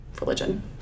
religion